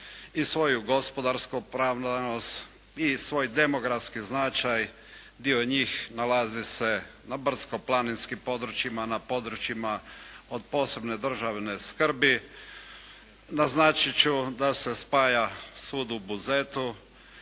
i svoju gospodarsku pravednost i svoj demografski značaj, dio njih nalazi se na brdsko-planinskim područjima, na područjima od posebne državne skrbi. Naznačit ću da se spaja sud u Buzetu,